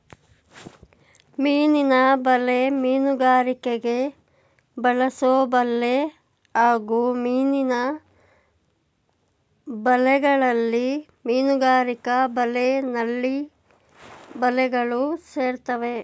ಮೀನಿನ ಬಲೆ ಮೀನುಗಾರಿಕೆಗೆ ಬಳಸೊಬಲೆ ಹಾಗೂ ಮೀನಿನ ಬಲೆಗಳಲ್ಲಿ ಮೀನುಗಾರಿಕಾ ಬಲೆ ನಳ್ಳಿ ಬಲೆಗಳು ಸೇರ್ತವೆ